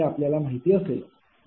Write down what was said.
हे आपल्याला माहिती असेलच